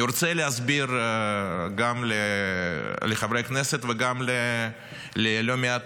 אני רוצה להסביר גם לחברי הכנסת וגם ללא מעט